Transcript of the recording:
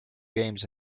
games